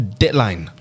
deadline